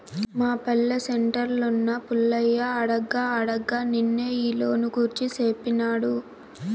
మా పల్లె సెంటర్లున్న పుల్లయ్య అడగ్గా అడగ్గా నిన్నే ఈ లోను గూర్చి సేప్పినాడు